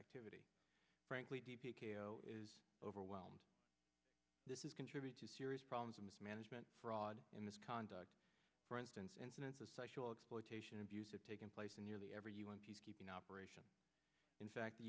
activity frankly is overwhelmed this is contribute to serious problems of mismanagement fraud in this conduct for instance incidents of sexual exploitation abuse of taking place in nearly every un peacekeeping operation in fact the